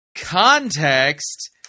Context